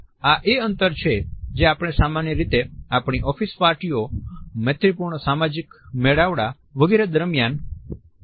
આ એ અંતર છે જે આપણે સામાન્ય રીતે આપણી ઓફીસ પાર્ટીઓ મૈત્રીપૂર્ણ સામાજિક મેળાવડા વગેરે દરમિયાન કાર્યસ્થળ પર જાળવીએ છીએ